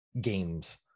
games